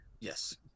Yes